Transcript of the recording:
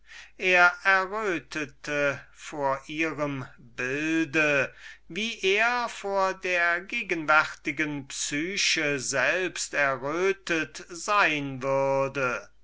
er errötete vor diesem bilde wie er vor der gegenwärtigen psyche selbst errötet haben würde